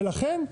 ולכן,